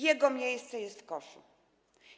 Jego miejsce jest w koszu.